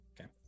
Okay